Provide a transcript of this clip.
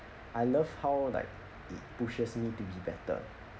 I love how like it pushes me to be better